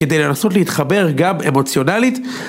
כדי לנסות להתחבר גם אמוציונלית.